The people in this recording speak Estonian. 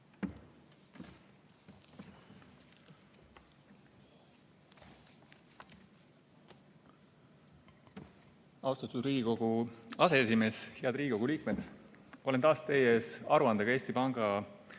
Austatud Riigikogu aseesimees! Head Riigikogu liikmed! Olen taas teie ees aruandega Eesti Panga